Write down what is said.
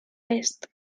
est